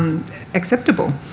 acceptable,